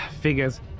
Figures